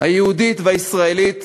היהודית והישראלית